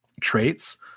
traits